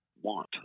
want